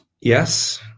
Yes